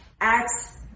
Acts